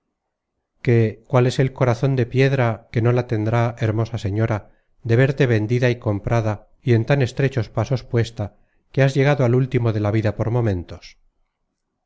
que cuál es el corazon de piedra que no la tendrá hermosa señora de verte vendida y comprada y en tan estrechos pasos puesta que has llegado al último de la vida por momentos